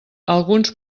alguns